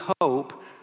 hope